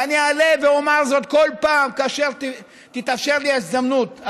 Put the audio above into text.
ואני אעלה ואומר זאת כל פעם כאשר תהיה לי ההזדמנות,